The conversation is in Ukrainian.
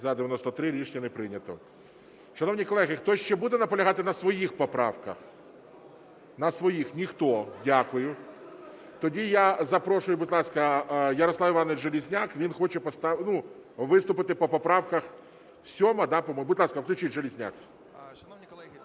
За-93 Рішення не прийнято. Шановні колеги, хтось ще буде наполягати на своїх поправках? На своїх ніхто. Дякую. Тоді я запрошую, будь ласка, Ярослав Іванович Железняк, він хоче виступити по поправках, 7-а, да. Будь ласка, включіть Железняк.